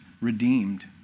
redeemed